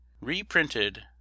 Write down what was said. Reprinted